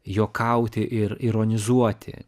juokauti ir ironizuoti